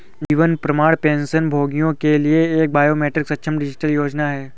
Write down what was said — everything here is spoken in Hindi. जीवन प्रमाण पेंशनभोगियों के लिए एक बायोमेट्रिक सक्षम डिजिटल सेवा है